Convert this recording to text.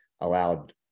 allowed